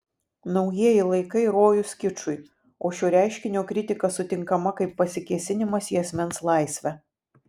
naujieji laikai rojus kičui o šio reiškinio kritika sutinkama kaip pasikėsinimas į asmens laisvę